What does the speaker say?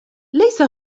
ليس